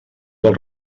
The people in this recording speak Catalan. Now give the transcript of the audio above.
del